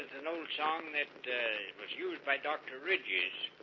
an old song that was used by dr. ridges